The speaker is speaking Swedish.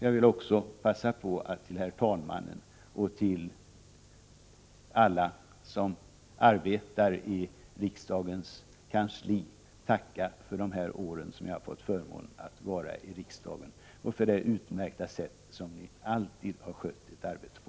Jag vill också passa på att till herr talmannen och till alla som arbetar i riksdagens kansli framföra ett tack för de här åren som jag har varit i riksdagen och för det utmärkta sätt som ni alltid har skött ert arbete på.